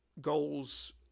goals